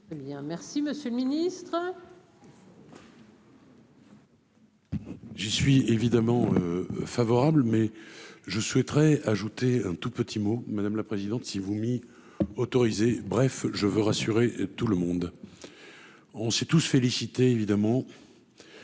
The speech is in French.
merci Monsieur le Ministre.